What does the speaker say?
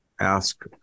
ask